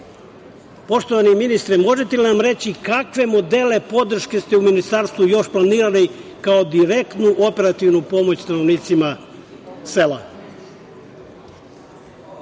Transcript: itd. Poštovani ministre, možete li nam reći – kakve modele podrške ste u Ministarstvu još planirali kao direktnu operativnu pomoć stanovnicima sela?